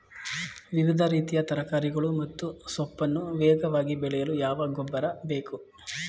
ವಿವಿಧ ರೀತಿಯ ತರಕಾರಿಗಳು ಮತ್ತು ಸೊಪ್ಪನ್ನು ವೇಗವಾಗಿ ಬೆಳೆಯಲು ಯಾವ ಗೊಬ್ಬರ ಬೇಕು?